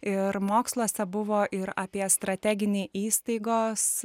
ir moksluose buvo ir apie strateginį įstaigos